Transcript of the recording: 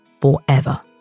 forever